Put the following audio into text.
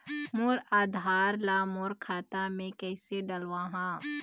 मोर आधार ला मोर खाता मे किसे डलवाहा?